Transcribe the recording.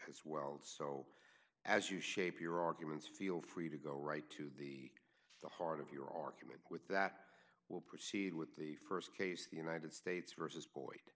as well so as you shape your arguments feel free to go right to the heart of your argument with that we'll proceed with the st case the united states versus